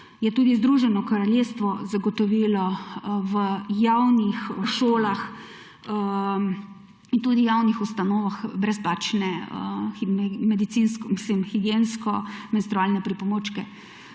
je tudi Združeno kraljestvo zagotovilo v javnih šolah in tudi javnih ustanovah brezplačne medicinske, mislim higiensko menstrualne pripomočke.